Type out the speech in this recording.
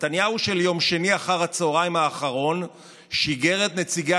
נתניהו של יום שני אחר הצוהריים האחרון שיגר את נציגי